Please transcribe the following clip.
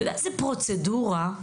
אתה יודע איזו פרוצדורה זו?